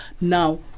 Now